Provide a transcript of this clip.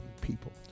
people